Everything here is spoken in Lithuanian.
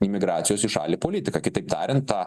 imigracijos į šalį politiką kitaip tariant ta